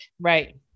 right